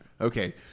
Okay